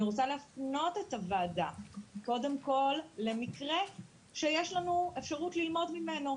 אני רוצה להפנות את הוועדה קודם כל למקרה שיש לנו אפשרות ללמוד ממנו,